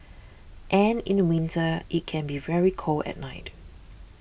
and in winter it can be very cold at night